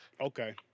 Okay